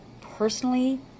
personally